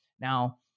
Now